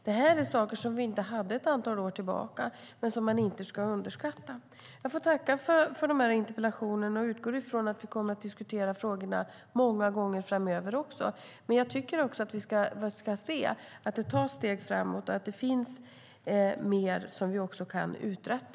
Detta är saker som vi inte hade för ett antal år sedan men som inte ska underskattas. Jag får tacka för interpellationen och utgår från att vi kommer att diskutera frågorna många gånger framöver. Men vi ska också se att det tas steg framåt och att det finns mer som vi kan uträtta.